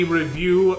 review